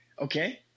okay